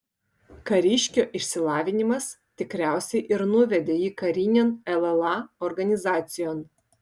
kariškio išsilavinimas tikriausiai ir nuvedė jį karinėn lla organizacijon